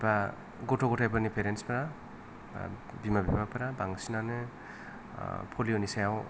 एबा गथ' गथायफोरनि पेरेन्टसफ्रा बिमा बिफाफोरा बांसिनानो पलिय'नि सायाव